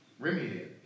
remediate